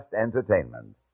Entertainment